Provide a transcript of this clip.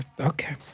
Okay